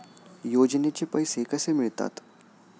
योजनेचे पैसे कसे मिळतात?